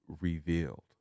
revealed